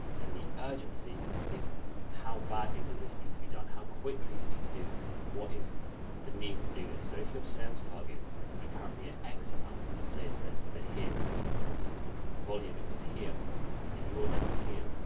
then the urgency is how badly does this need to be done? how quickly do you need to do this? what is the need to do this? so if your sales targets are ah currently at x amount, say if that, if they're here, we do using the volume. if it's here and you're down here.